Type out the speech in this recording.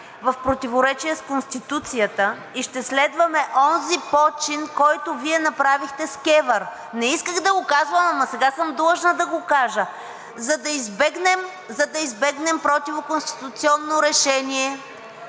в противоречие с Конституцията и ще следваме онзи почин, който Вие направихте с КЕВР. Не исках да го казвам, ама сега съм длъжна да го кажа. За да избегнем противоконституционно решение,